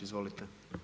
Izvolite.